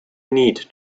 need